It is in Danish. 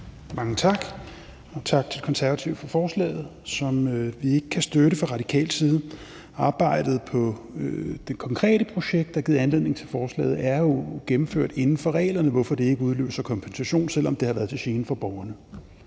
Mange tak. Og tak til De Konservative for forslaget, som vi ikke kan støtte fra radikal side. Arbejdet på det konkrete projekt, der har givet anledning til forslaget, bliver jo gennemført inden for reglerne, hvorfor det ikke udløser kompensation, selv om det har været til gene for borgerne.